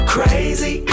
Crazy